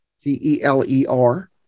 C-E-L-E-R